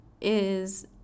is-